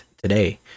today